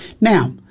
Now